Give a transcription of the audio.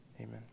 Amen